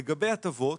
לגבי הטבות